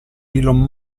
elon